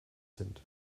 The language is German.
sind